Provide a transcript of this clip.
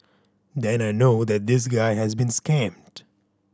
then I know that this guy has been scammed